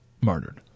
murdered